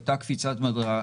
הייתה קפיצת מדרגה,